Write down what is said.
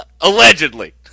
Allegedly